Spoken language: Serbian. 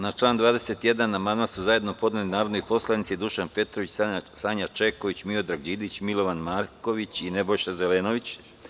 Na član 21. amandman su zajedno podneli narodni poslanici Dušan Petrović, Sanja Čeković, Miodrag Đidić, Milovan Marković i Nebojša Zelenović.